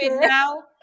now